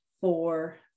four